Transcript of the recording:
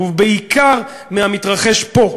ובעיקר מהמתרחש פה,